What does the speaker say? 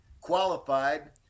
qualified